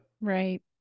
right